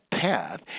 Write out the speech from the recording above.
path